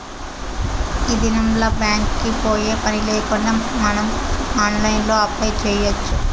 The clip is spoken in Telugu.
ఈ దినంల్ల బ్యాంక్ కి పోయే పనిలేకుండా మనం ఆన్లైన్లో అప్లై చేయచ్చు